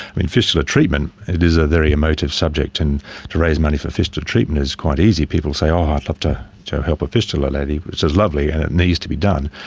fistula treatment, it is a very emotive subject and to raise money for fistula treatment is quite easy, people say, um i'd love to to help a fistula lady which is lovely and it needs to be done,